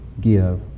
give